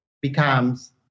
becomes